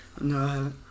No